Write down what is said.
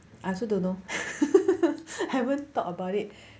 I also don't know haven't talk about it